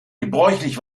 gebräuchlich